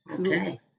Okay